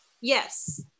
Yes